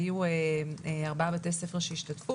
היו ארבעה בתי ספר שהשתתפו.